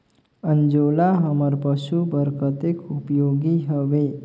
अंजोला हमर पशु बर कतेक उपयोगी हवे?